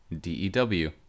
D-E-W